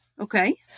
Okay